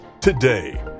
today